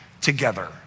together